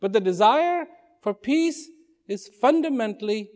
but the desire for peace is fundamentally